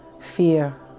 fear